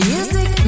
Music